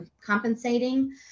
compensating